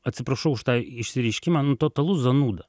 atsiprašau už tą išsireiškimą nu totalus zanūda